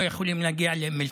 לא יכולים להגיע לאום אל-פחם.